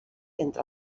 entre